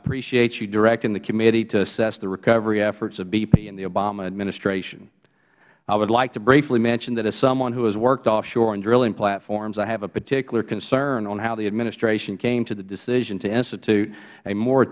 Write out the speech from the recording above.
appreciate you directing the committee to assess the recovery efforts of bp and the obama administration i would like to briefly mention that as someone who has worked offshore on drilling platforms i have a particular concern on how the administration came to the decision to institute a mor